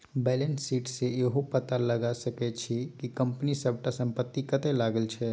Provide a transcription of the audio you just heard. balance sheet सँ इहो पता लगा सकै छी कि कंपनी सबटा संपत्ति कतय लागल छै